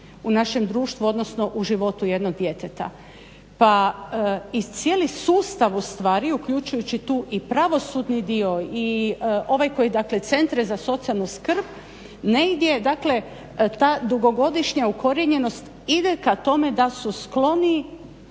u našem društvu, odnosno u životu jednog djeteta. Pa i cijeli sustav ustvari uključujući tu i pravosudni dio i centre za socijalnu skrb, negdje dakle ta dugogodišnja ukorijenjenost ide ka tome da su skloniji